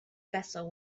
vessel